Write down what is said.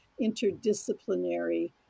interdisciplinary